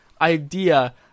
Idea